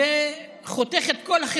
זה חותך את כל החברה